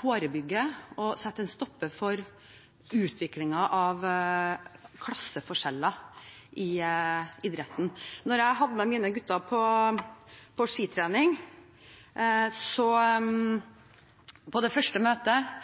forebygge og sette en stopper for utviklingen av klasseforskjeller i idretten. Da jeg hadde med meg mine gutter på skitrening – det var det første møtet